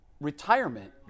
retirement